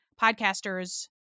podcasters